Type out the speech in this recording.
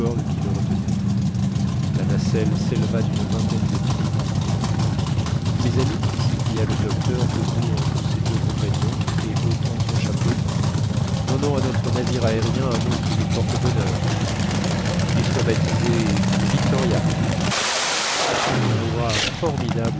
qui le retenaient la nacelle s'éleva d'une vingtaine de pieds mes amis s'écria le docteur debout entre ses deux compagnons et ôtant son chapeau donnons à notre navire aérien un nom qui lui porte bonheur qu'il soit baptisé le victoria un hourra formidable